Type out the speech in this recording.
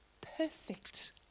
perfect